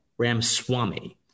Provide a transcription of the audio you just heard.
Ramswamy